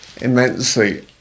immensely